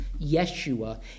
Yeshua